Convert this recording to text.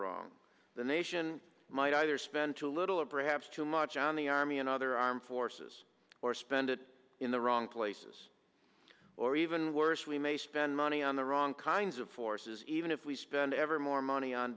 wrong the nation might either spend too little or perhaps too much on the army and other armed forces or and it in the wrong places or even worse we may spend money on the wrong kinds of forces even if we spend ever more money on